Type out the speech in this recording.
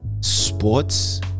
sports